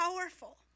powerful